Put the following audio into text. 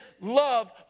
love